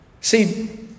See